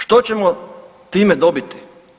Što ćemo time dobiti?